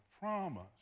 promise